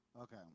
Okay